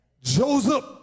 Joseph